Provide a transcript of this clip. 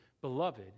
Beloved